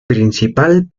principal